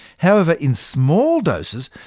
however, in small doses,